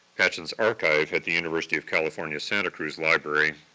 patchen's archive at the university of california santa cruz library